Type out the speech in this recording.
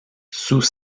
sous